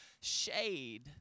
shade